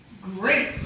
great